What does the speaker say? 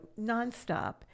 nonstop